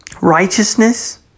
righteousness